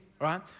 right